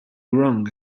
wrong